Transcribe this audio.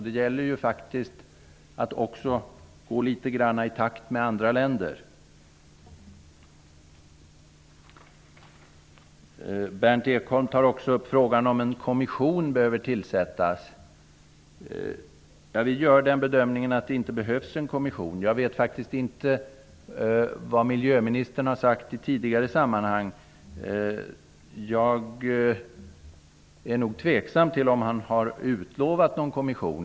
Det gäller faktiskt också att gå i takt med andra länder. Berndt Ekholm tar upp frågan om en kommission behöver tillsättas. Jag gör den bedömningen att någon kommission inte behövs. Jag vet faktiskt inte vad miljöministern har sagt i tidigare sammanhang. Jag är tveksam till att han skulle ha utlovat en kommission.